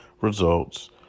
results